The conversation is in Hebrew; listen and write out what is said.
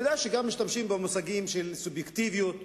ויודע שגם משתמשים במושגים של סובייקטיביות,